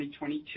2022